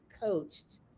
coached